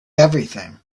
everything